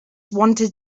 wanted